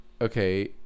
okay